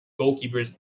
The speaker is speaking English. goalkeepers